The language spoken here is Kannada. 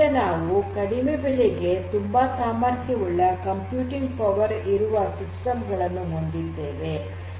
ನಾವು ಈಗ ಕಡಿಮೆ ಬೆಲೆಗೆ ತುಂಬಾ ಸಾಮರ್ಥ್ಯವುಳ್ಳ ಕಂಪ್ಯೂಟಿಂಗ್ ಪವರ್ ಇರುವ ಸಿಸ್ಟಮ್ ಗಳನ್ನು ಹೊಂದಿದ್ದೇವೆ